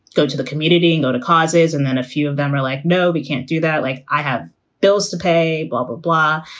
go to the community and go to causes. and then a few of them were like, no, we can't do that. like, i have bills to pay. blah, blah, blah.